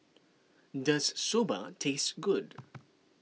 does Soba taste good